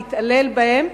להתעלל בהם,